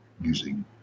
using